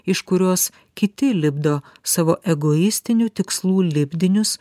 iš kurios kiti lipdo savo egoistinių tikslų lipdinius